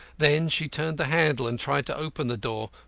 then she turned the handle and tried to open the door,